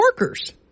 workers